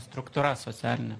struktūra socialinė